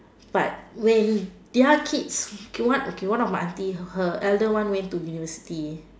but when their kids okay one okay one of my aunty her elder one went to university